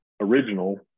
original